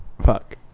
Fuck